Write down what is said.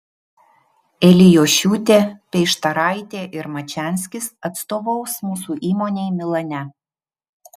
elijošiūtė peištaraitė ir mačianskis atstovaus mūsų įmonei milane